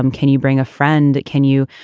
um can you bring a friend? can you?